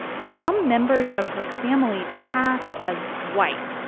some members of her family passed as white,